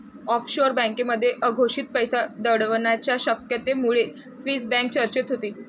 offshore बँकांमध्ये अघोषित पैसा दडवण्याच्या शक्यतेमुळे स्विस बँक चर्चेत होती